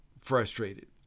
frustrated